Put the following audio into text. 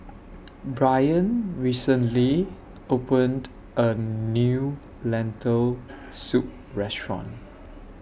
Brain recently opened A New Lentil Soup Restaurant